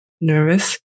nervous